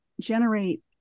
generate